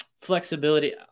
flexibility